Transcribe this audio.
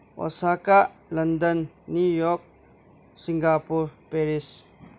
Osaka London New York Singapore Paris